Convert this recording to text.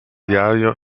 diario